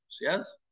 yes